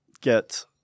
get